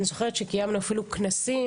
אני זוכרת שקיימנו אפילו כנסים.